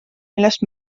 millest